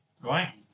right